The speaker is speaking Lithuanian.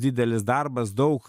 didelis darbas daug